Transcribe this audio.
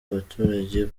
abaturage